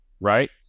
right